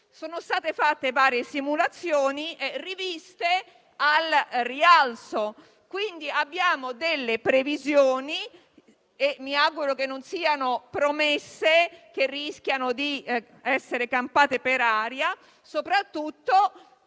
Sono state fatte varie simulazioni, riviste poi al rialzo; quindi abbiamo solo delle previsioni che mi auguro non siano promesse che rischiano di essere campate in aria. Soprattutto